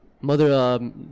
Mother